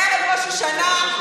ערב ראש השנה,